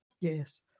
yes